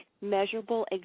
measurable